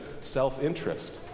self-interest